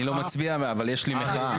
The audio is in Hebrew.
אני לא מצביע אבל יש לי מחאה.